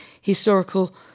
historical